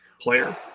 player